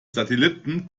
satelliten